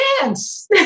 chance